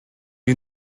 you